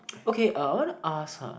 okay uh I wanna ask ha